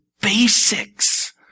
basics